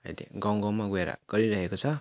अहिले गाउँ गाउँमा गएर गरिरहेको छ